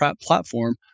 platform